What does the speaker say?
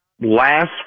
Last